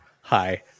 Hi